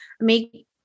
Make